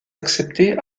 acceptée